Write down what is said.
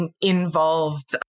involved